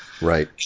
Right